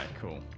cool